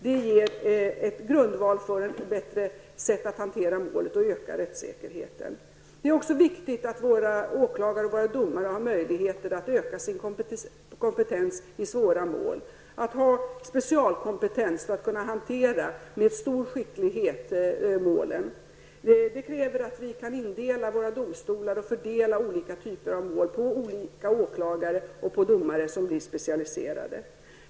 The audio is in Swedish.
Det ger en grundval för ett bättre sätt att hantera målet och öka rättssäkerheten. Det är också viktigt att våra åklagare och våra domare har möjligheter att öka sin kompetens i svåra mål, att ha specialkompetens för att kunna hantera målen med stor skicklighet. Det kräver att vi kan indela våra domstolar och fördela olika typer av mål på olika åklagare och på olika domare som blir specialiserade.